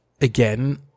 Again